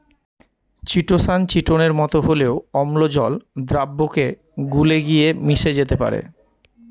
chitosan চিটোনের মতো হলেও অম্ল জল দ্রাবকে গুলে গিয়ে মিশে যেতে পারে